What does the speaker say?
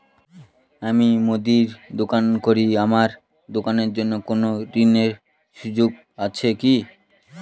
আমি মুদির দোকান করি আমার দোকানের জন্য কোন ঋণের সুযোগ আছে কি?